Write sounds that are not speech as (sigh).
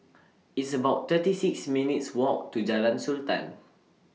(noise) It's about thirty six minutes' Walk to Jalan Sultan